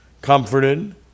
comforted